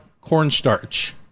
cornstarch